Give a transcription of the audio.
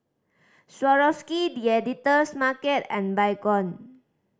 Swarovski The Editor's Market and Baygon